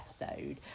episode